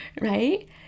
right